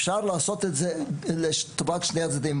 אפשר לעשות את זה לטובת שני הצדדים.